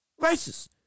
racist